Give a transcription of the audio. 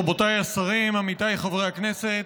רבותיי השרים, עמיתיי חברי הכנסת,